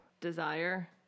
desire